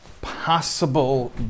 possible